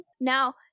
now